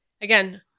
again